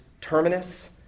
terminus